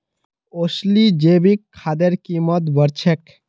असली जैविक खादेर कीमत बढ़ छेक